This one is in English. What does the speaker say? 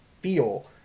feel